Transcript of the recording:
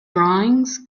drawings